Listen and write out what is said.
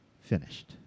finished